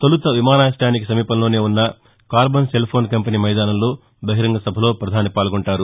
తౌలుత విమానాశయానికి సమీపంలోనే ఉన్న కార్బన్ సెల్ఫోన్ కంపెనీ మైదానంలో బహిరంగ సభలో పధాని పాల్గొంటారు